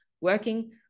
working